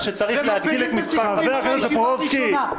מגבילים את הנושאים בישיבה הראשונה.